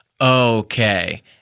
Okay